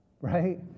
right